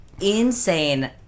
insane